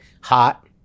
Hot